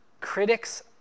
critics